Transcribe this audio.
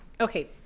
Okay